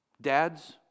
Dads